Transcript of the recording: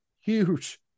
huge